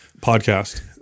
podcast